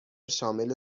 شامل